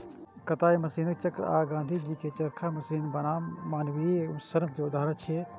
कताइ मशीनक चक्र आ गांधीजी के चरखा मशीन बनाम मानवीय श्रम के उदाहरण छियै